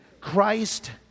Christ